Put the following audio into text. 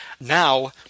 Now